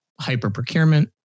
hyper-procurement